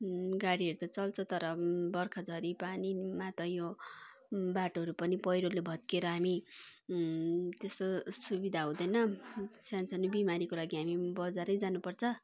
गाडीहरू त चल्छ तर बर्खा झरी पानीमा त यो बाटोहरू पनि पहिरोले भत्किएर हामी त्यस्तो सुविधा हुँदैन सान्सानो बिमारीको लागि हामी बजारै जानु पर्छ